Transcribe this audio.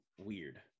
weird